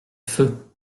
feu